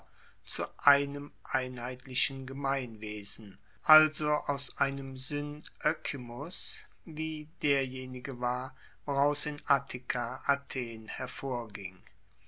zu einem einheitlichen gemeinwesen also aus einem synoekismus wie derjenige war woraus in attika athen hervorging